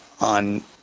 on